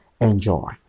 enjoy